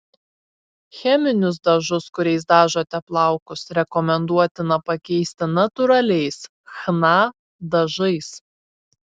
cheminius dažus kuriais dažote plaukus rekomenduotina pakeisti natūraliais chna dažais